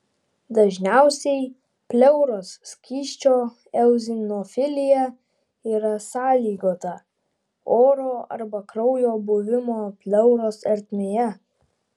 dažniausiai pleuros skysčio eozinofilija yra sąlygota oro arba kraujo buvimo pleuros ertmėje